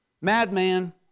madman